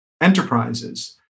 enterprises